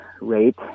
rate